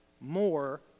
More